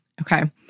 Okay